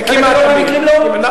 בחלק מהמקרים לא.